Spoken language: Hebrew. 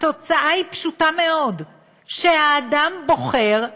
התוצאה היא פשוטה מאוד: שהאדם בוחר,